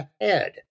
ahead